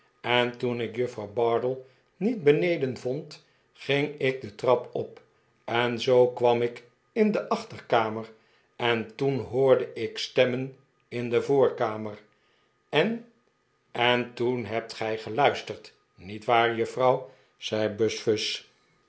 en toen ik juffrouw bardell niet beneden vond ging ik de trap op en zoo kwam ik in de achterkamer en toen hoorde ik stemmen in de voorkamer en en toen hebt gij geluisterd niet waar juffrouw zei buzfuz